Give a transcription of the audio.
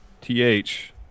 TH